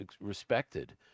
respected